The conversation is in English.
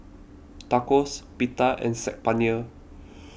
Tacos Pita and Saag Paneer